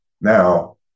now